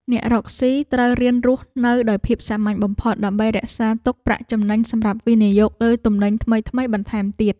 អ្នករកស៊ីត្រូវរៀនរស់នៅដោយភាពសាមញ្ញបំផុត ដើម្បីរក្សាទុកប្រាក់ចំណេញសម្រាប់វិនិយោគលើទំនិញថ្មីៗបន្ថែមទៀត។